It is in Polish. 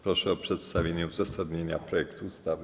Proszę o przedstawienie uzasadnienia projektu ustawy.